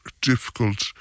difficult